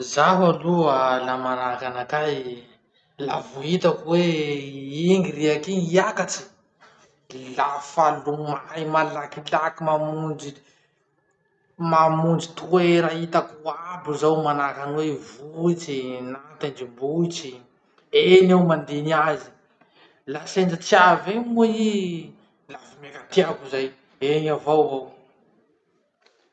Zaho aloha, laha manahaky anakahy, laha vo hitako hoe iny riaky iny hiakatsy, lafa lomay malakilaky mamonjy- mamonjy toera hitako abo zaho manahaky any hoe vohitsy na tendrim-bohitsy. Eny aho mandiny azy. Laha sendra tsy avy eny moa ii, la vomaika tiako zay, egny avao aho.